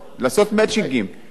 ולהניע את זה קדימה,